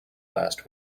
last